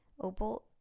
Opal